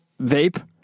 vape